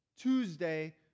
Tuesday